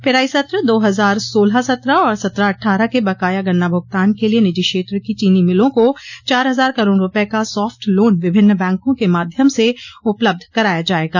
पेराई सत्र दो हजार सोलह सत्रह और सत्रह अट्ठारह के बकाया गन्ना भुगतान के लिए निजी क्षेत्र की चीनी मिलों को चार हजार करोड़ रूपये का साफ्ट लोन विभिन्न बैंकों के माध्यम से उपलब्ध कराया जायेगा